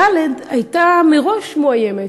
ד' הייתה מראש מאוימת,